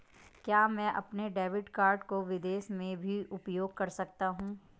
क्या मैं अपने डेबिट कार्ड को विदेश में भी उपयोग कर सकता हूं?